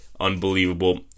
unbelievable